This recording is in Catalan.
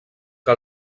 que